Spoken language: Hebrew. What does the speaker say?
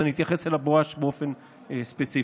אז אתייחס לבואש באופן ספציפי.